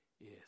Yes